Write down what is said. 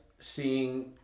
Seeing